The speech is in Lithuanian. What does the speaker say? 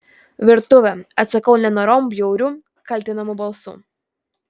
virtuvė atsakau nenorom bjauriu kaltinamu balsu